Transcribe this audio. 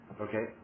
Okay